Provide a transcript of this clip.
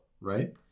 Right